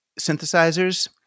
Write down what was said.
synthesizers